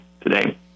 today